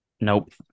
Nope